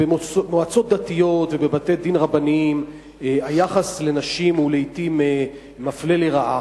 במועצות דתיות ובבתי-דין רבניים היחס לנשים הוא לעתים מפלה לרעה.